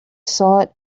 sought